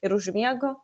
ir užmiegu